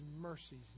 mercies